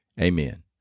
Amen